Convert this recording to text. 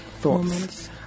thoughts